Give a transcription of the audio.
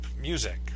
music